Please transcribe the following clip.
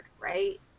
right